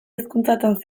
hizkuntzatan